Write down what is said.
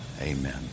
Amen